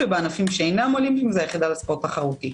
ובענפים שאינם אולימפיים זה היחידה לספורט תחרותי.